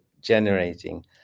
generating